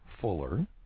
Fuller